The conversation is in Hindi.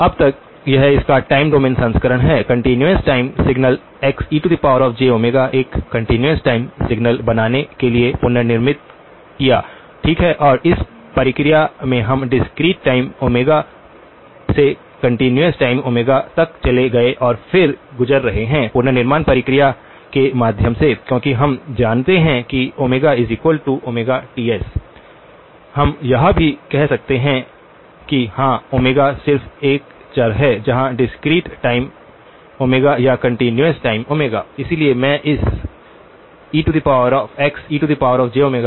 अब तक यह इसका टाइम डोमेन संस्करण है कंटीन्यूअस टाइम सिग्नल Xejω एक कंटीन्यूअस टाइम सिग्नल बनाने के लिए पुनर्निर्मित किया ठीक है और इस प्रक्रिया में हम डिस्क्रीट टाइम ओमेगा से कंटीन्यूअस टाइम ओमेगा तक चले गए और फिर गुजर रहे हैं पुनर्निर्माण प्रक्रिया के माध्यम से क्योंकि हम जानते हैं कि ωΩTs हम यह भी कह सकते हैं कि हाँ ओमेगा सिर्फ एक चर है चाहे डिस्क्रीट टाइम ओमेगा या कंटीन्यूअस टाइम ओमेगा